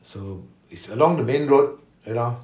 so is along the main road you know